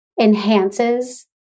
enhances